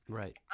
right